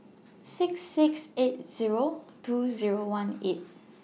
six six eight Zero two Zero one eight